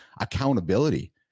accountability